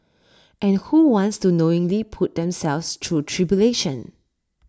and who wants to knowingly put themselves through tribulation